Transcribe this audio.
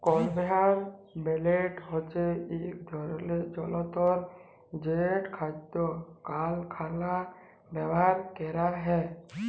conveyor belt হছে ইক ধরলের জলতর যেট খাদ্য কারখালায় ব্যাভার ক্যরা হয়